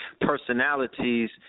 personalities